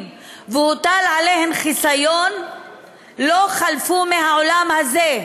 והוטל עליהן חיסיון לא חלפו מהעולם הזה.